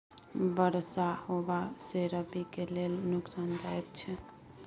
बरसा होबा से रबी के लेल नुकसानदायक छैय?